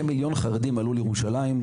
כמיליון חרדים עלו לירושלים,